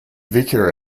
vicar